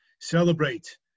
celebrate